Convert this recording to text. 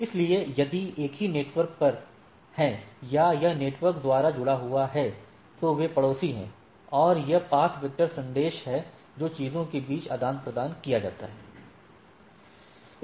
इसलिए यदि यह एक ही नेटवर्क पर है या यह नेटवर्क द्वारा जुड़ा हुआ है तो वे पड़ोसी हैं और यह पथ वेक्टर संदेश संदेश है जो चीजों के बीच आदान प्रदान किया जाता है